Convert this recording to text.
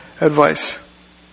advice